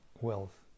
wealth